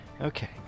Okay